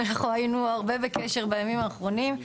אנחנו היינו הרבה בקשר בימים האחרונים.